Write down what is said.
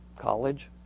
college